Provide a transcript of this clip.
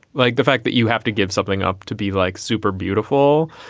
like the fact that you have to give something up to be like super beautiful.